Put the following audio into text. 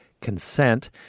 consent